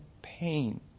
Pain